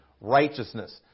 righteousness